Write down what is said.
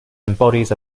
embodies